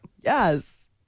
Yes